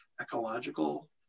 ecological